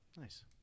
Nice